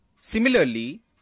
Similarly